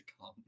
come